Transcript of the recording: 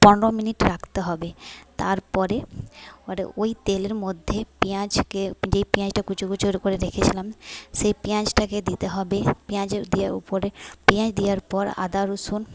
পনেরো মিনিট রাখতে হবে তারপরে ওটা ওই তেলের মধ্যে পেঁয়াজকে যে পেঁয়াজটা কুচো কুচোর ওপরে রেখেছিলাম সেই পেঁয়াজটাকে দিতে হবে পেঁয়াজ দেওয়ার ওপরে পেঁয়াজ দেওয়ার পর আদা রসুন